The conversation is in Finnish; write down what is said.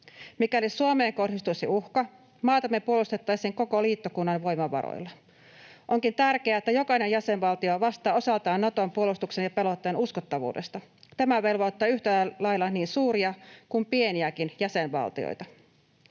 Mikäli Suomeen kohdistuisi uhka, maatamme puolustettaisiin koko liittokunnan voimavaroilla. Onkin tärkeää, että jokainen jäsenvaltio vastaa osaltaan Naton puolustuksen ja pelotteen uskottavuudesta. Tämä velvoittaa yhtä lailla niin suuria kuin pieniäkin jäsenval-tioita.